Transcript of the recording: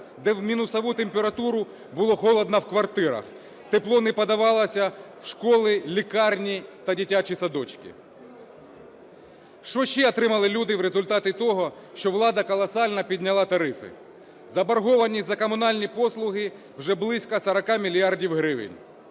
де в мінусову температуру було холодно в квартирах, тепло не подавалося в школи, лікарні та дитячі садочки. Що ще отримали люди в результаті того, що влада колосально підняла тарифи? Заборгованість за комунальні послуги вже близько 40 мільярдів гривень,